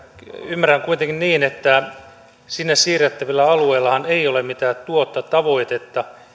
ymmärrän kuitenkin niin että sinne siirrettävillä alueillahan ei ole mitään tuottotavoitetta